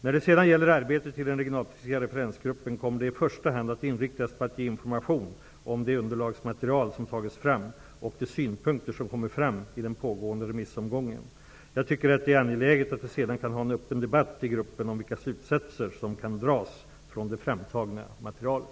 När det sedan gäller arbetet i den regionalpolitiska referensgruppen kommer det i första hand att inriktas på att ge information om det underlagsmaterial som tagits fram och de synpunkter som kommer fram i den pågående remissomgången. Jag tycker att det är angeläget att vi sedan kan ha en öppen debatt i gruppen om vilka slutsatser som kan dras från det framtagna materialet.